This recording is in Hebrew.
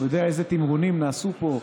הוא יודע איזה תמרונים נעשו פה,